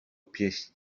pieśni